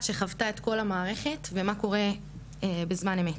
שחוותה את כל המערכת ומה קורה בזמן אמת.